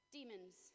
Demons